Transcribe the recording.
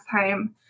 time